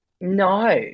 No